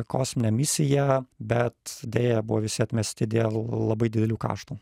kosminę misiją bet deja buvo visi atmesti dėl labai didelių kaštų